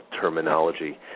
terminology